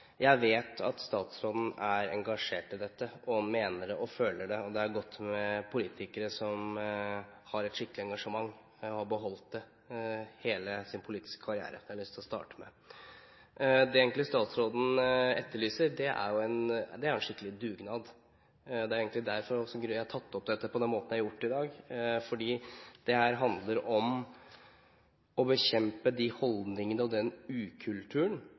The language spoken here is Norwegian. Jeg vet at statsråden er engasjert i dette, og mener og føler det. Det er godt med politikere som har et skikkelig engasjement, og som har beholdt det hele sin politiske karriere. Det hadde jeg lyst til å starte med. Det statsråden egentlig etterlyser, er en skikkelig dugnad. Det er også derfor jeg har tatt opp dette på den måten jeg har gjort i dag – fordi dette handler om å bekjempe de holdningene og den ukulturen